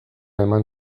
eman